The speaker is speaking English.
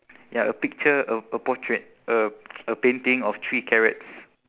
ya a picture a a portrait a a painting of three carrots